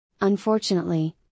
Unfortunately